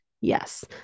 yes